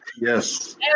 Yes